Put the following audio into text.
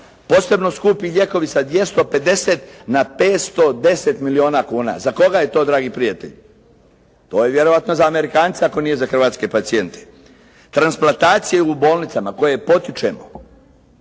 Posebno skupi lijekovi sa 250 na 510 milijuna kuna. Za koga je to dragi prijatelji? To je vjerojatno za Amerikance ako nije za hrvatske pacijente. Transplantacije u bolnicama koje potičemo.